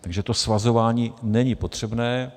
Takže to svazování není potřebné.